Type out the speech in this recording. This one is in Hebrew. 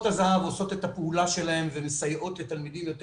הזה"ב עושות את הפעולה שלהן ומסייעות לתלמידים יותר